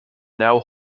now